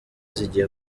zigiye